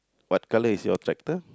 what colour is your tractor